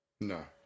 No